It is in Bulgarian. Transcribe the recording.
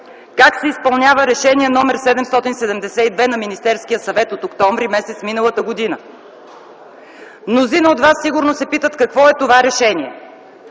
как се изпълнява Решение № 772 на Министерския съвет от м. октомври миналата година? Мнозина от вас сигурно се питат какво е това решение?